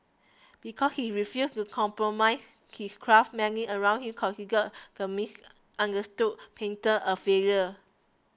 because he refused to compromise his craft many around him considered the misunderstood painter a failure